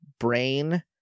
Brain